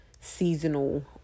seasonal